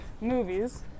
movies